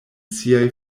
siaj